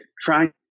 trying